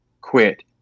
quit